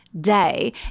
day